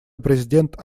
президент